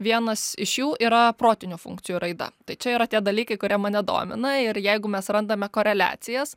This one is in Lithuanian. vienas iš jų yra protinių funkcijų raida tai čia yra tie dalykai kurie mane domina ir jeigu mes randame koreliacijas